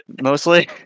mostly